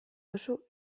duzu